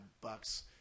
bucks